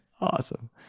Awesome